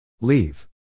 Leave